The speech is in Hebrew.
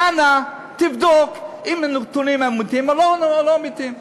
אנא תבדוק אם הנתונים אמיתיים או לא אמיתיים.